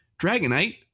Dragonite